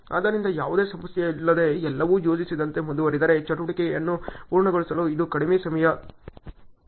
ಆದ್ದರಿಂದ ಯಾವುದೇ ಸಮಸ್ಯೆಯಿಲ್ಲದೆ ಎಲ್ಲವೂ ಯೋಜಿಸಿದಂತೆ ಮುಂದುವರಿದರೆ ಚಟುವಟಿಕೆಯನ್ನು ಪೂರ್ಣಗೊಳಿಸಲು ಇದು ಕಡಿಮೆ ಸಮಯ ತೆಗೆದುಕೊಳ್ಳುತ್ತದೆ